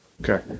Okay